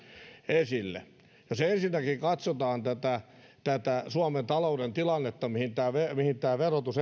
esille jos ensinnäkin katsotaan tätä tätä suomen talouden tilannetta mihin tämä verotus